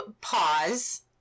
pause